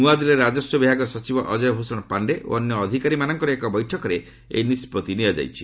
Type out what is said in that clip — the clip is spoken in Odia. ନୂଆଦିଲ୍ଲୀରେ ରାଜସ୍ୱ ବିଭାଗ ସଚିବ ଅକ୍ଷୟ ଭୂଷଣ ପାଣ୍ଡେ ଓ ଅନ୍ୟ ଅଧିକାରୀମାନଙ୍କର ଏକ ବୈଠକରେ ଏହି ନିଷ୍ପଭି ନିଆଯାଇଛି